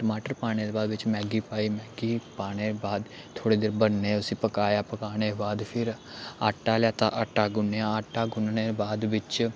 टमाटर पाने दे बाद बिच्च मैगी पाई मैगी पाने दे बाद थोह्ड़े देर बनन्ने उसी पकाया पकाने दे बाद फिर आटा लैता आटा गुन्नेआ आटा गुन्नने दे बाद बिच्च